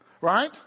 Right